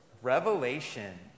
Revelation